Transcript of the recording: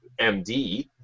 MD